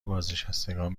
بازنشستگان